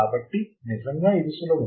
కాబట్టి నిజంగా ఇది సులభం